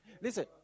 Listen